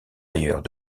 ailleurs